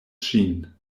ŝin